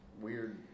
weird